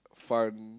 fun